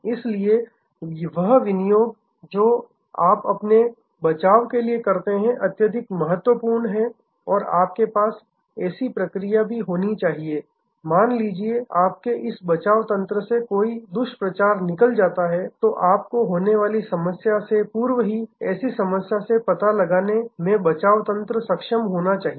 इसलिए वह विनियोग जो आप अपने बचाव के लिए करते हैं अत्यधिक महत्वपूर्ण हैं और आपके पास ऐसी प्रक्रिया भी होनी चाहिए मान लीजिए आपके इस बचाव तंत्र से कोई दुष्प्रचार निकल जाता है तो आप को होने वाली समस्या से पूर्व ही ऐसी समस्या का पता लगाने में बचाव तंत्र सक्षम होना चाहिए